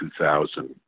2,000